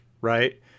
right